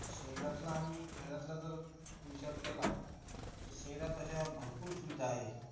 शहरातला आणि खेड्यातला जर विचार केला तर शहरात अशा भरपूर सुविधा आहेत